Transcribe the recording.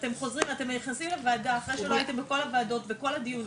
אתם נכנסים לוועדה אחרי שלא הייתם בכל הוועדות ובכל הדיונים